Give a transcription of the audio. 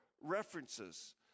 references